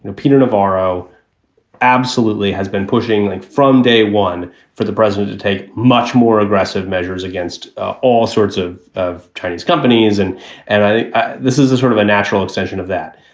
and peter navarro absolutely has been pushing from day one for the president to take much more aggressive measures against all sorts of of chinese companies. and and i think this is a sort of a natural extension of that.